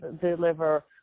deliver